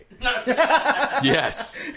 Yes